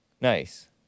Nice